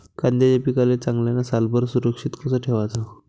कांद्याच्या पिकाले चांगल्यानं सालभर सुरक्षित कस ठेवाचं?